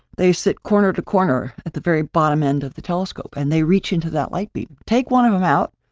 they sit corner to corner at the very bottom end of the telescope and they reach into that light beam, take one of them out,